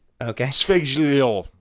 okay